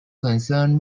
concern